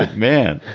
and man,